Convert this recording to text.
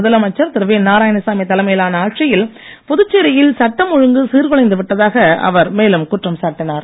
முதலமைச்சர் திரு வி நாராயணசாமி தலைமையிலான ஆட்சியில் புதுச்சேரியில் சட்டம் ஒழுங்கு சீர்குலைந்து விட்டதாக அவர் மேலும் குற்றம் சாட்டினார்